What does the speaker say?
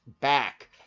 back